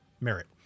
merit